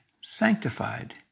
sanctified